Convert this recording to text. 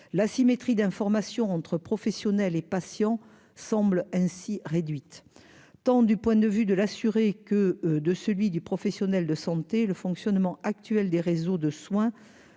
l'asymétrie d'information entre professionnels et patients semble ainsi réduite tant du point de vue de l'assurer que de celui du professionnel de santé, le fonctionnement actuel des réseaux de soins